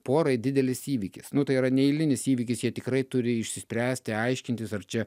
porai didelis įvykis nu tai yra neeilinis įvykis jie tikrai turi išsispręsti aiškintis ar čia